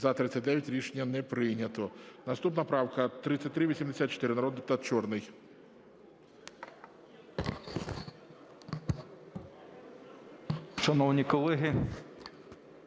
За-39 Рішення не прийнято. Наступна правка 3394. Народний депутат Шуфрич.